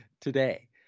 today